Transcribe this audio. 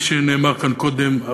כפי שנאמר כאן קודם,